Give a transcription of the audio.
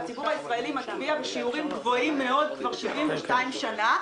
והציבור הישראלי מצביע בשיעורים גבוהים מאוד כבר 72 שנה,